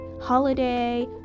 holiday